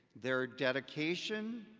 their dedication,